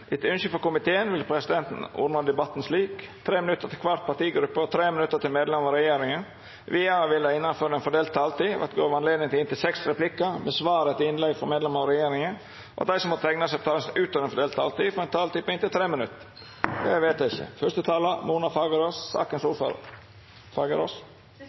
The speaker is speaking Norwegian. vil presidenten ordna debatten slik: 3 minutt til kvar partigruppe og 3 minutt til medlemer av regjeringa. Vidare vil det – innanfor den fordelte taletida – verta gjeve anledning til inntil seks replikkar med svar etter innlegg frå medlemer av regjeringa, og dei som måtte teikna seg på talarlista utover den fordelte taletida, får også ei taletid på inntil 3 minutt.